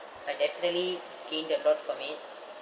I definitely gained a lot from it